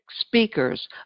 speakers